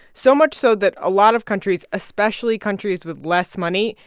so much so that a lot of countries, especially countries with less money,